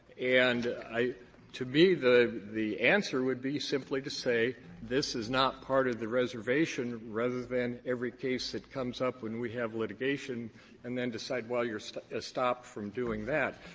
and i to me, the the answer would be simply to say this is not part of the reservation, rather than every case that comes up when we have litigation and then decide well, you're stopped ah stopped from doing that.